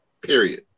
Period